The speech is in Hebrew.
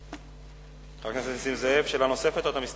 חלק מבעלי כלי-הרכב מודעים לכך ומעבירים